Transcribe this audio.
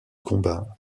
combat